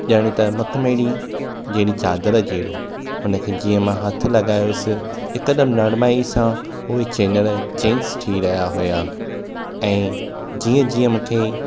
ॼण त मखमली जेहिड़ी चादर जेहिड़ो हुन खे जीअं मां हथ लॻायोसि हिकु दम नरमाई सां उहे चैनल चैंज थी रहियां होया ऐं जीअं जीअं मूंखे